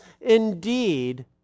indeed